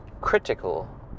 critical